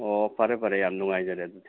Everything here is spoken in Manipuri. ꯑꯣ ꯐꯔꯦ ꯐꯔꯦ ꯌꯥꯝ ꯅꯨꯡꯉꯥꯏꯖꯔꯦ ꯑꯗꯨꯗꯤ